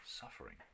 suffering